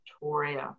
Victoria